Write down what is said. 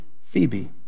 Phoebe